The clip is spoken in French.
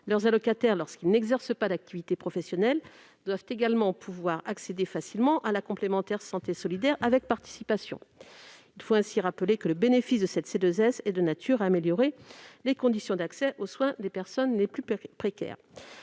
leurs allocataires, lorsqu'ils n'exercent pas d'activité professionnelle, doivent également pouvoir accéder facilement à la complémentaire santé solidaire avec participation. Le bénéfice de cette C2S est de nature à améliorer les conditions d'accès aux soins des personnes les plus précaires.